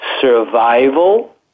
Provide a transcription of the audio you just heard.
survival